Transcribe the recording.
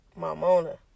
Mamona